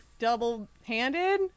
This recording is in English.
double-handed